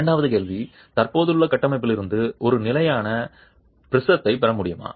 இரண்டாவது கேள்வி தற்போதுள்ள கட்டமைப்பிலிருந்து ஒரு நிலையான ப்ரிஸத்தைப் பெற முடியுமா